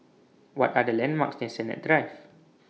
What Are The landmarks near Sennett Drive